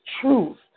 truth